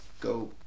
go